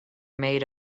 made